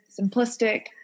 simplistic